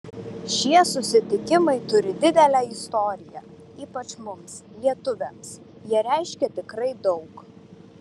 šie susitikimai turi didelę istoriją ypač mums lietuviams jie reiškia tikrai daug